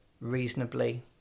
reasonably